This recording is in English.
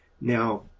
Now